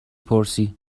پرسی